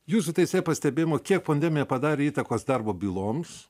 jūsų teisėja pastebėjimu kiek pandemija padarė įtakos darbo byloms